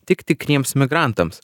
tik tikriems migrantams